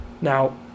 Now